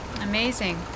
Amazing